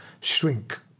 shrink